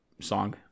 song